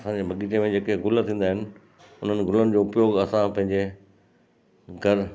असांजे बगीचे में जेके गुल थींदा आहिनि उन्हनि गुलनि जो उपयोगु असां पंहिंजे घर